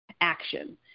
action